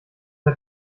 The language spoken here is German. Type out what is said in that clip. der